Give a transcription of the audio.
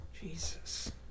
Jesus